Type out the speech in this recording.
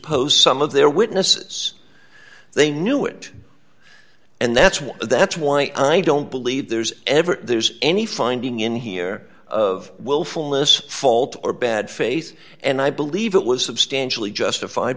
dispose some of their witnesses they knew it and that's why that's why i don't believe there's ever there's any finding in here of willfulness fault or bad faith and i believe it was substantially justified